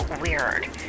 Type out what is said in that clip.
weird